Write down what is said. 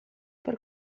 per